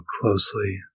closely